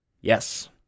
Yes